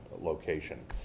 location